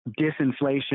Disinflation